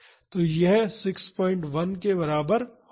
तो यह 61 के बराबर होगा